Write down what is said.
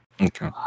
Okay